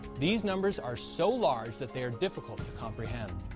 these numbers are so large that they are difficult to comprehend.